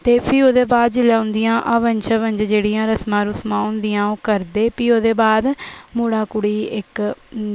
ते फ्ही ओह्दे बाद जेल्लै उन्दियां हवन सवन च जेह्डियां रस्मा रूसमा होन्दियां ओह् करदे फ्ही ओह्दे बाद मुड़ा कुड़ी इक